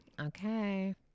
okay